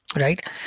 right